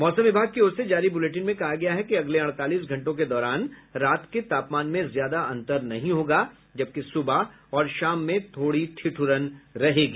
मौसम विभाग की ओर से जारी बुलेटिन में कहा गया है कि अगले अड़तालीस घंटों के दौरान रात के तापमान में ज्यादा अंतर नहीं होगा जबकि सुबह और शाम में थोड़ी ठिठुरन रहेगी